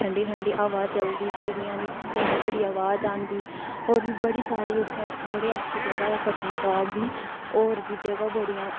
ठंडी ठंडी हवा चलदी चीड़ें दी चिड़ियां दी चैह्कदी अवाज़ आंदी होर बी बड़ी सारी उत्थें बी बड़ी अच्छी जगह ऐ पत्नीटॉप बी होर बी जगह बड़ियां